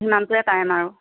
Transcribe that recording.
সিমানটোৱে টাইম আৰু